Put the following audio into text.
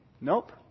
Nope